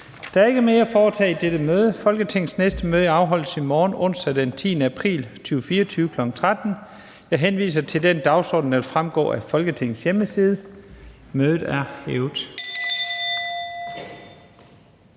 Der er ikke mere at foretage i dette møde. Folketingets næste møde afholdes i morgen, onsdag den 10. april 2024, kl. 13.00. Jeg henviser til den dagsorden, der vil fremgå af Folketingets hjemmeside. Mødet er hævet.